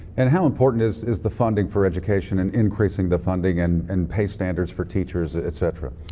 and how important is is the funding for education and increasing the funding and and pay standards for teachers, etcetera?